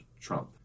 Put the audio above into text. Trump